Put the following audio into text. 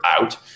out